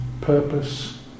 purpose